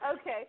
okay